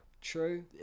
true